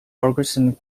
ferguson